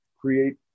create